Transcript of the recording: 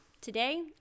today